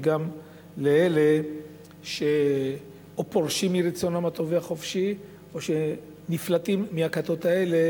וגם לאלה שאו פורשים מרצונם הטוב והחופשי או נפלטים מהכתות האלה,